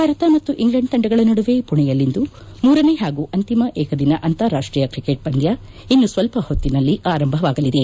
ಭಾರತ ಮತ್ತು ಇಂಗ್ಲೆಂಡ್ ತಂಡಗಳ ನಡುವೆ ಪುಣೆಯಲ್ಲಿಂದು ಮೂರನೇ ಹಾಗೂ ಅಂತಿಮ ಏಕದಿನ ಅಂತಾರಾಷ್ಟೀಯ ಕ್ರಿಕೆಟ್ ಪಂದ್ಯ ಇನ್ನು ಸ್ವಲ್ಪ ಹೊತ್ತಿನಲ್ಲಿ ಆರಂಭವಾಗಲಿದೆ